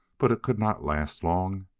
but it could not last long,